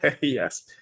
Yes